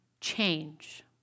change